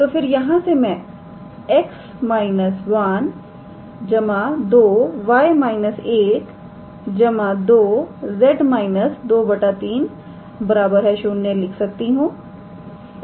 तो फिर यहां से मैं 𝑋 − 1 2𝑌 − 1 2 𝑍 − 2 3 0 लिख सकती हूं